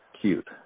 cute